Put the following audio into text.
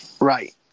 right